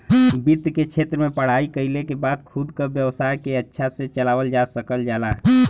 वित्त के क्षेत्र में पढ़ाई कइले के बाद खुद क व्यवसाय के अच्छा से चलावल जा सकल जाला